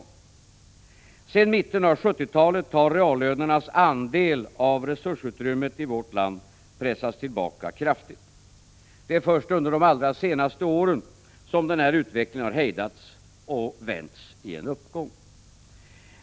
Sedan mitten av 1970 talet har reallönernas andel av resursutrymmet i vårt land pressats tillbaka kraftigt. Det är först under de allra senaste åren som denna utveckling hejdats och vänts i en uppgång.